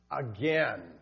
again